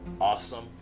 awesome